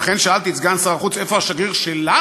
ולכן שאלתי את סגן שר החוץ איפה השגריר שלנו,